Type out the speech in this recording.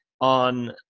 on